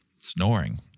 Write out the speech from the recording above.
snoring